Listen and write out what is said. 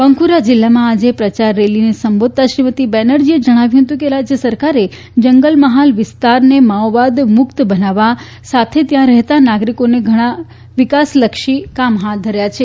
બંકરા જિલ્લામાં આજે પ્રચાર રેલીને સંબોધતા શ્રીમતી બેનર્જીએ જજ્ઞાવ્યું હતું કે રાજ્ય સરકારે જંગલ મહાલ વિસ્તારને માઓવાદ મુક્ત બનાવવા સાથે ત્યાં રહેતા નાગરિકોને ઘણા વિકાસલક્ષી કામ હાથ ધર્યા છે